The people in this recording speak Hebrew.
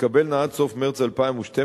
תתקבלנה עד סוף מרס 2012,